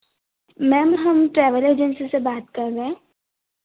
ma'am हम travel agency से बात कर रहे हैं